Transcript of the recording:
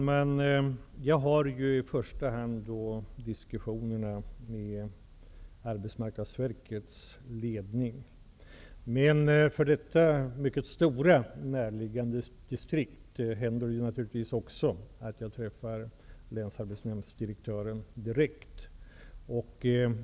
Herr talman! I första hand för jag diskussioner med Arbetsmarknadsverkets ledning, men när det gäller detta stora, närliggande distrikt händer det naturligtvis också att jag träffar Länsarbetsnämndsdirektören direkt.